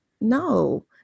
No